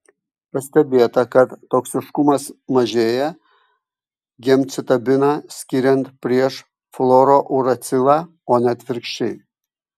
pastebėta kad toksiškumas mažėja gemcitabiną skiriant prieš fluorouracilą o ne atvirkščiai